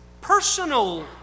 personal